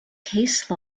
case